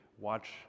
watch